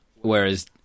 whereas